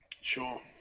sure